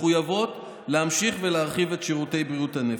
מחויבות להמשיך ולהרחיב את שירותי בריאות הנפש.